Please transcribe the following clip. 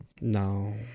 No